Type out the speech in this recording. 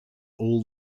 all